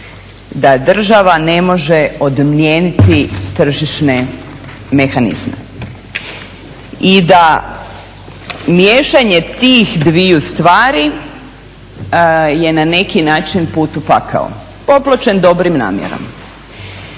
da država ne može odmijeniti tržišne mehanizme. I da miješanje tih dviju stvari je na neki način put u pakao popločen dobrim namjerama.